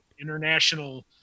international